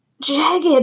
jagged